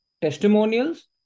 testimonials